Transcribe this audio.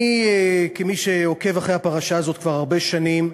כמי שעוקב אחרי הפרשה הזאת כבר הרבה שנים,